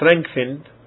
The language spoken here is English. strengthened